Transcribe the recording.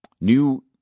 new